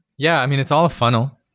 yeah, i mean it's all a funnel.